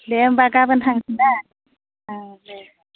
दे होम्बा गाबोन थांगोन ना औ दे